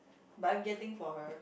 but I'm getting for her